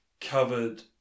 covered